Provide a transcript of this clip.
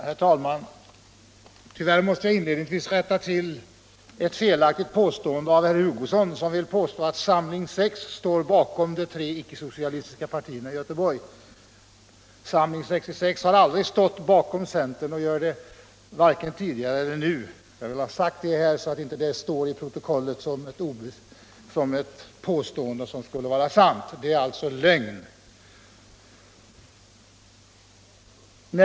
Herr talman! Tyvärr måste jag inledningsvis rätta till ett felaktigt påstående av herr Hugosson. Han påstod att Samling 66 står bakom de icke-socialistiska partierna i Göteborg. Men Samling 66 har aldrig stått bakom centern och gör det inte heller nu. Jag vill ha sagt detta för att inte det här skall stå i protokollet som ett sant påstående. Det är alltså lögn!